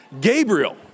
Gabriel